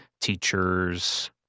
teachers